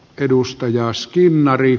edustaja skinnari